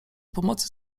pomocy